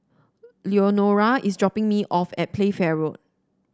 Leonora is dropping me off at Playfair Road